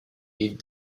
hid